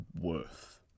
worth